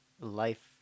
life